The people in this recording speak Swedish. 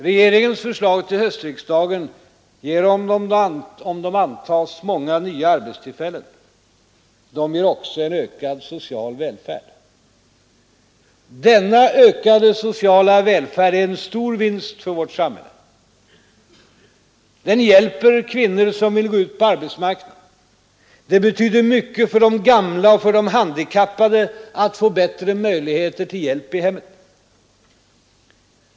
Regeringens förslag till höstriksdagen ger — om de antas — många nya arbetstillfällen. De ger också en ökad social välfärd. Denna ökade sociala välfärd är en stor vinst för vårt samhälle. Den hjälper kvinnor som vill gå ut på arbetsmarknaden. Det betyder mycket för de gamla och för de handikappade att få bättre möjligheter till hjälp i hemmet.